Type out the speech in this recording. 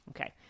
Okay